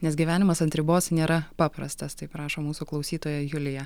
nes gyvenimas ant ribos nėra paprastas taip rašo mūsų klausytoja julija